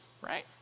right